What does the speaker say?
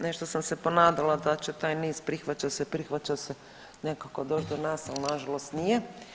Nešto sam se ponadala da će taj niz, prihvaća se, prihvaća se nekako doć do nas, al nažalost nije.